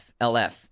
LF